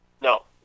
No